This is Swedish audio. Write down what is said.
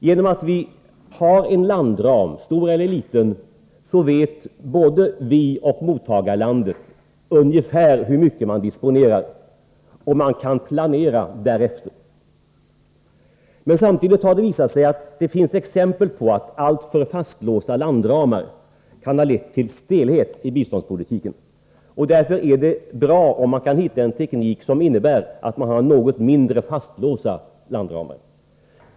Genom att vi har en landram, stor eller liten, vet både vi och mottagarlandet ungefär hur mycket man disponerar, och man kan planera därefter. Men samtidigt har det visat sig att det finns exempel på att alltför fastlåsta landramar kan ha lett till stelhet i biståndspolitiken. Därför är det bra om man kan hitta en teknik som innebär att landramarna är mindre fastlåsta.